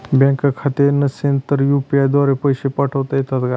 बँकेत खाते नसेल तर यू.पी.आय द्वारे पैसे पाठवता येतात का?